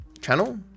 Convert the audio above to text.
channel